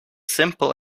simple